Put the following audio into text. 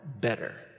better